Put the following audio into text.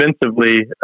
Defensively